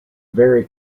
very